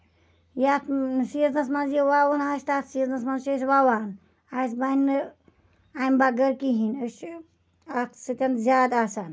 یَتھ سیٖزنس منٛز یہِ وَوُن آسہِ تَتھ سیٖزَس منٛز چھِ أسۍ وَوان اَسہِ بَننہٕ اَمہِ بغٲر کِہیٖنۍ نہٕ أسۍ چھِ اَتھ سۭتۍ زیادٕ آسان